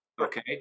Okay